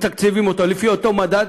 ומתקצבים אותו לפי אותו מדד.